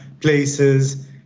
places